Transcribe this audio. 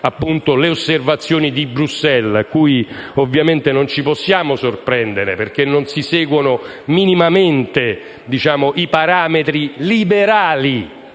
le osservazioni di Bruxelles, che non ci possono sorprendere perché non si seguono minimamente i parametri liberali.